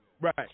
Right